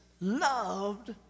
loved